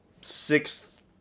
Six